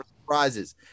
surprises